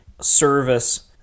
service